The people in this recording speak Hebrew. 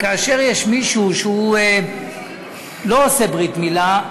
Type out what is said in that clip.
כאשר יש מישהו שלא עושה ברית מילה,